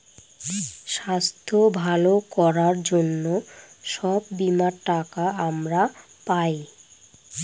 স্বাস্থ্য ভালো করার জন্য সব বীমার টাকা আমরা পায়